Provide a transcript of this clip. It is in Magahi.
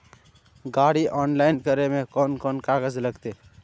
गाड़ी ऑनलाइन करे में कौन कौन कागज लगते?